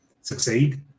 succeed